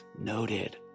noted